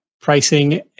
pricing